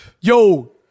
Yo